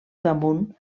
damunt